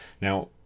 Now